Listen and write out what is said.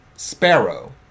Sparrow